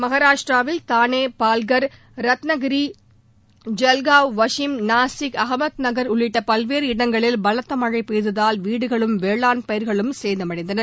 மகாராஷ்டிராவின் தானே பல்கா் ரத்னகிரி ஜல்காவ் வஷிம் நாசிக் அஹமத் நகர் உள்ளிட்ட பல்வேறு இடங்களில் பலத்த மழை பெய்ததால் வீடுகளும் வேளாண் பயிர்களும் சேதமடைந்தன